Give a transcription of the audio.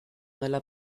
nella